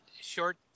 short